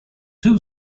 two